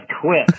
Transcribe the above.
quit